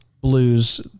blues